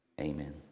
amen